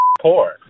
poor